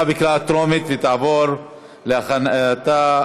(גמול השתתפות בישיבות והחזר הוצאות לחברי מועצה),